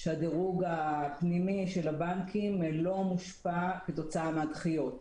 שהדירוג הפנימי של הבנקים לא מושפע כתוצאה מהדחיות.